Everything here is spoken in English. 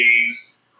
games